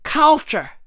culture